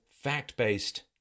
fact-based